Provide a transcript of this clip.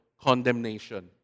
condemnation